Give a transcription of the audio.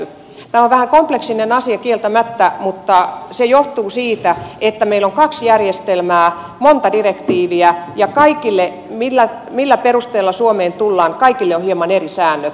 tämä on vähän kompleksinen asia kieltämättä mutta se johtuu siitä että meillä on kaksi järjestelmää monta direktiiviä ja liittyen siihen millä perusteilla suomeen tullaan kaikille on hieman eri säännöt